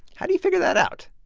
how do you figure that out?